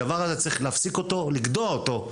הדבר הזה צריך להפסיק אותו, לגדוע אותו,